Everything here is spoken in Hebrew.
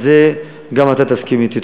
על זה גם אתה תסכים אתי.